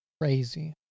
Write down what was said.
Crazy